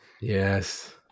Yes